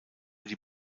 die